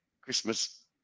Christmas